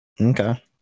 Okay